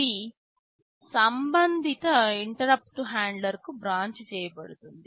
ఇది సంబంధిత ఇంటరుప్పుట్ హ్యాండ్లర్కు బ్రాంచ్ చేయబడుతుంది